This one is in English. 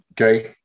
Okay